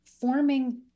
forming